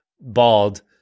bald